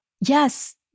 yes